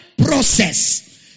process